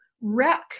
wreck